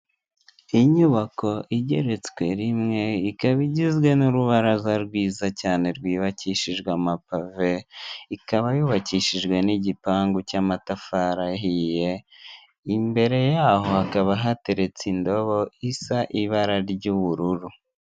Inyubako igeretswe rimwe, ikaba igizwe n'urubaraza rwiza cyane rwubakishijwe amapave, ikaba yubakishijwe n'igipangu cy'amatafari ahiye, imbere yaho hakaba hateretse indobo isa ibara ry'ubururu.